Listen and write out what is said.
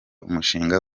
umushinga